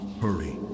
hurry